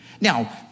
Now